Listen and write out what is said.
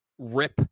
rip